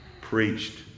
preached